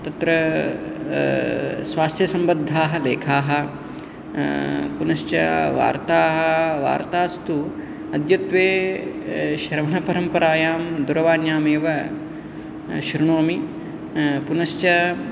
तत्र स्वास्थ्यसम्बद्धाः लेखाः पुनश्च वार्ता वार्तास्तु अद्यत्वे श्रवणपरम्परायां दुरवाण्यामेव श्रुणोमि पुनश्च